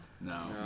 No